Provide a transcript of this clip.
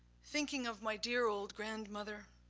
thinking of my dear old grandmother.